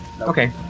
Okay